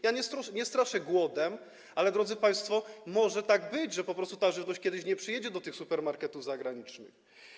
Ja nie straszę głodem, ale, drodzy państwo, może tak być, że po prostu ta żywność kiedyś nie przyjedzie do tych supermarketów zagranicznych.